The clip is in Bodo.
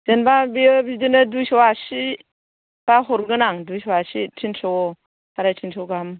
जेनबा बियो बिदिनो दुइस' आसि बा हरगोन आं दुइस' आसि थिनस' साराय थिनस' गाहाम